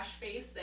face